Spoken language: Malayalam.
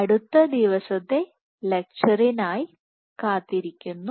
അടുത്ത ദിവസത്തെ ലെക്ച്ചറിനായി കാത്തിരിക്കുന്നു